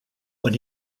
when